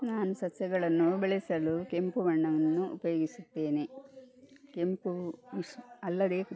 ನಾನು ಸಸ್ಯಗಳನ್ನು ಬೆಳೆಸಲು ಕೆಂಪು ಮಣ್ಣನ್ನು ಉಪಯೋಗಿಸುತ್ತೇನೆ ಕೆಂಪು ಮಿಶ್ ಅಲ್ಲದೆ